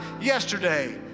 yesterday